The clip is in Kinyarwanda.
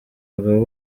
bagabo